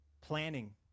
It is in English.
planning